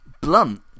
blunt